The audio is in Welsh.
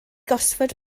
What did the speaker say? gosford